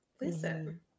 Listen